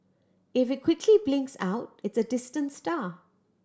if it quickly blinks out it's a distant star